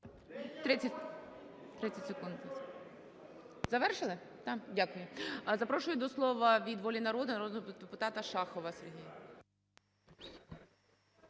30 секунд. Завершили, да? Дякую. Запрошую до слова від "Волі народу" народного депутата Шахова